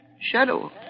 Shadow